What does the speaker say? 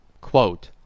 Quote